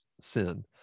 sin